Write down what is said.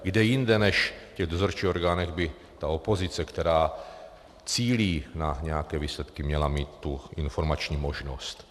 Kde jinde než v těch dozorčích orgánech by ta opozice, která cílí na nějaké výsledky, měla mít tu informační možnost?